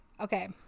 Okay